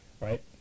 right